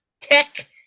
Tech